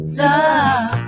love